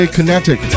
Kinetic